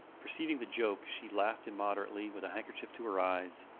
perceiving the joke, she laughed immoderately with a handkerchief to her eyes,